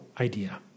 idea